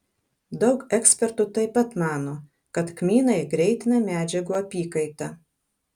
daug ekspertų taip pat mano kad kmynai greitina medžiagų apykaitą